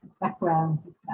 background